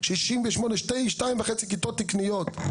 שתיים וחצי כיתות תקניות.